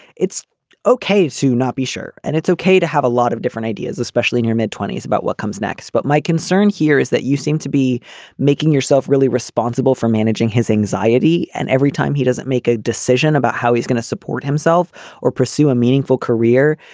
it's okay to not be sure. and it's okay to have a lot of different ideas, especially in your mid twenties, about what comes next. but my concern here is that you seem to be making yourself really responsible for managing his anxiety. and every time he doesn't make a decision about how he's going to support himself or pursue a meaningful career,